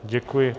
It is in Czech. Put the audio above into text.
Děkuji.